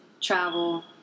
travel